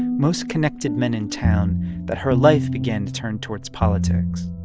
most connected men in town that her life began to turn towards politics